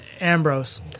Ambrose